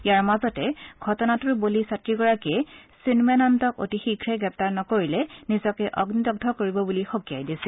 ইয়াৰ মাজতে ঘটনাটোৰ বলি ছাত্ৰীগৰাকীয়ে চিন্ময়ানন্দক অতি শীঘ্ৰে গ্ৰেগুাৰ নকৰিলে নিজকে অগ্নিদগ্ধ কৰিব বুলি সকিয়াই দিছিল